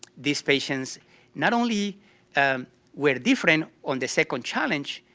these patients not only were different on the second challenge,